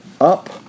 up